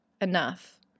enough